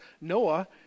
Noah